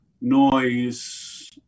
noise